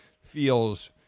feels